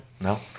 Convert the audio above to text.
No